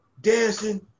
dancing